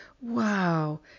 Wow